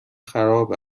خراب